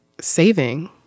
saving